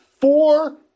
four